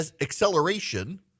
acceleration